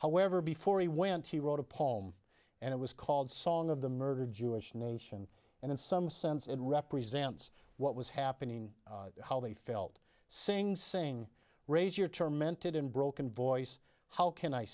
however before he went he wrote a poem and it was called song of the murdered jewish nation and in some sense it represents what was happening how they felt saying saying raise your term meant it in broken voice how can i